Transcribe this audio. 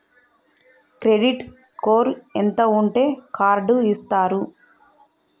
Credit score ఎంత ఉంటే card ఇస్తారు?